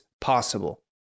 possible